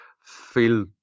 feel